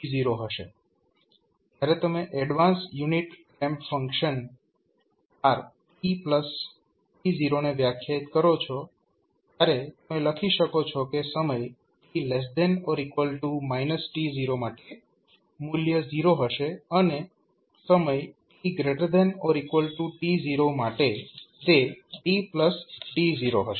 જ્યારે તમે advance unit ramp function rtt0 ને વ્યાખ્યાયિત કરો છો ત્યારે તમે લખી શકો છો કે સમય t t0 માટે મૂલ્ય 0 હશે અને સમય tt0 માટે તે tt0 હશે